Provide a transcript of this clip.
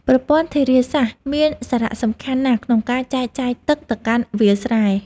ប្រព័ន្ធធារាសាស្ត្រមានសារៈសំខាន់ណាស់ក្នុងការចែកចាយទឹកទៅកាន់វាលស្រែ។